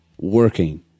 working